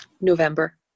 November